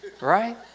Right